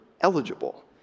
eligible